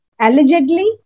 allegedly